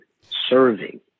serving